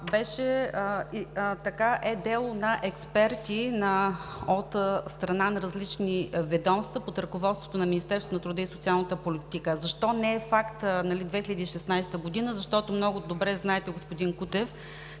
група, е дело на експерти от страна на различни ведомства под ръководството на Министерството на труда и социалната политика. Защо не е факт в 2016 г.? Много добре знаете, господин Кутев,